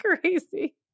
crazy